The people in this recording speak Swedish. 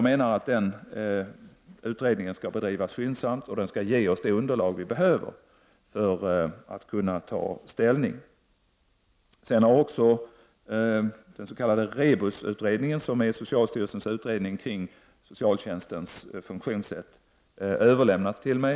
Denna utredning skall bedrivas skyndsamt och ge oss det underlag vi behöver för att kunna ta ställning i frågan. Den s.k. REBUS-utredningen, dvs. socialstyrelsens utredning kring socialtjänstens funktionssätt, har nu överlämnat sitt betänkande till mig.